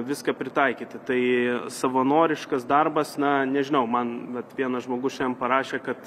viską pritaikyti tai savanoriškas darbas na nežinau man vat vienas žmogus šiandien parašė kad